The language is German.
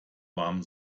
warm